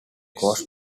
coast